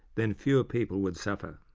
then fewer people would suffer.